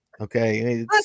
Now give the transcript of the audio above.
Okay